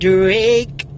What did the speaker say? Drake